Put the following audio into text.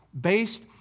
based